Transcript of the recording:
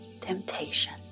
temptation